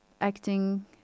acting